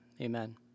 amen